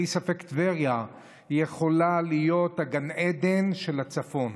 בלי ספק, טבריה יכולה להיות גן העדן של הצפון.